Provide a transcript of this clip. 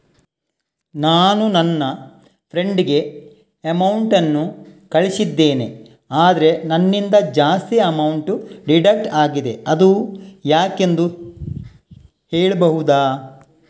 ನಾನು ನನ್ನ ಫ್ರೆಂಡ್ ಗೆ ಅಮೌಂಟ್ ಕಳ್ಸಿದ್ದೇನೆ ಆದ್ರೆ ನನ್ನಿಂದ ಜಾಸ್ತಿ ಅಮೌಂಟ್ ಡಿಡಕ್ಟ್ ಆಗಿದೆ ಅದು ಯಾಕೆಂದು ಹೇಳ್ಬಹುದಾ?